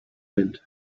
lined